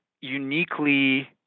uniquely